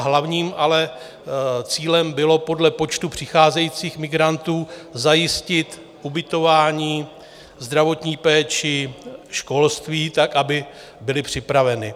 Hlavním ale cílem bylo podle počtu přicházejících migrantů zajistit ubytování, zdravotní péči, školství tak, aby byly připraveny.